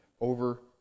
over